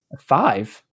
Five